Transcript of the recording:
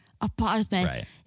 apartment